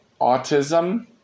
autism